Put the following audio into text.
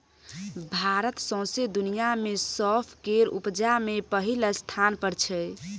भारत सौंसे दुनियाँ मे सौंफ केर उपजा मे पहिल स्थान पर छै